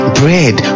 bread